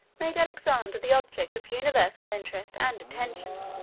made alexander the object of universal interest and attention.